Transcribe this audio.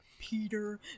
Peter